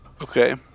Okay